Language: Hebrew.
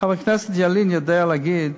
חבר הכנסת ילין יודע להגיד